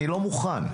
אני לא מוכן לזה.